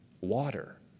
water